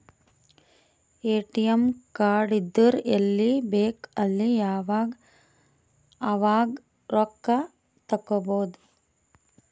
ATM card ಇದ್ದುರ್ ಎಲ್ಲಿ ಬೇಕ್ ಅಲ್ಲಿ ಯಾವಾಗ್ ಅವಾಗ್ ರೊಕ್ಕಾ ತೆಕ್ಕೋಭೌದು